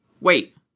wait